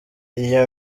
iyo